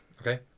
Okay